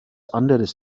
anderes